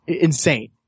insane